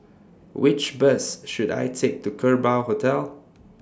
Which Bus should I Take to Kerbau Hotel